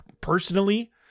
personally